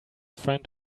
friend